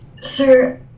sir